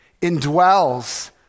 indwells